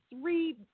three